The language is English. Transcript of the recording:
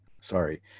sorry